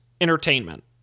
entertainment